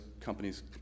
companies